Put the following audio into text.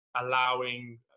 allowing